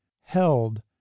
held